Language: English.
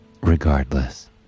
Regardless